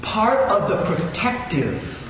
part of the protective